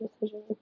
decisions